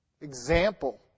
example